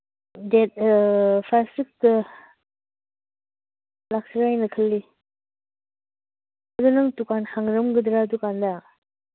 date five ꯁꯤꯛꯁꯇ ꯂꯥꯛꯁꯤꯔꯥ ꯍꯥꯏꯅ ꯈꯜꯂꯤ ꯑꯗꯨ ꯅꯪ ꯗꯨꯀꯥꯟ ꯍꯥꯡꯂꯝꯒꯗ꯭ꯔꯥ ꯑꯗꯨꯀꯥꯟꯗ